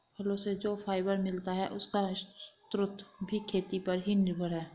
फलो से जो फाइबर मिलता है, उसका स्रोत भी खेती पर ही निर्भर है